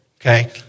Okay